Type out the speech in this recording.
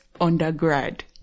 undergrad